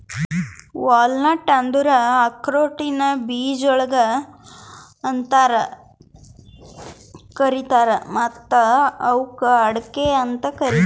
walnut ಅಂದುರ್ ಆಕ್ರೋಟಿನ ಬೀಜಗೊಳ್ ಅಂತ್ ಕರೀತಾರ್ ಮತ್ತ ಇವುಕ್ ಅಡಿಕೆ ಅಂತನು ಕರಿತಾರ್